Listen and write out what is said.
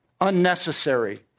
Unnecessary